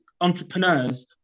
entrepreneurs